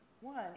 One